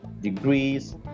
degrees